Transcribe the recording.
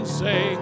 say